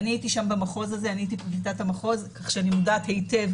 אז אני כמובן לא אנקוב בשמות התיקים,